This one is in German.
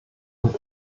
und